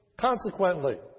Consequently